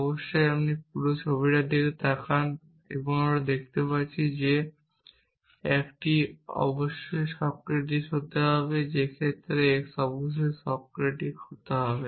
অবশ্যই আমরা এই পুরো ছবিটি তাকান এবং আমরা দেখতে পাচ্ছি যে একটি অবশ্যই সক্রেটিক হতে হবে যে ক্ষেত্রে x অবশ্যই সক্রেটিক হতে হবে